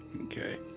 okay